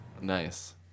Nice